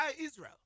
Israel